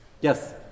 Yes